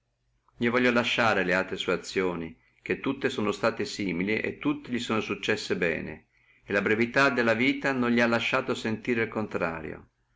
io voglio lasciare stare laltre sue azioni che tutte sono state simili e tutte li sono successe bene e la brevità della vita non li ha lasciato sentire el contrario